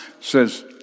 says